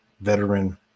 veteran